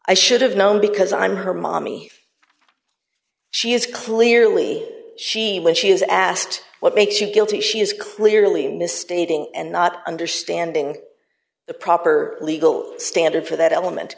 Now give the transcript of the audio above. i should have known because i'm her mommy she is clearly she when she is asked what makes you guilty she is clearly misstating and not understanding the proper legal standard for that element